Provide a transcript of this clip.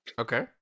Okay